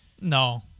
no